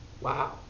wow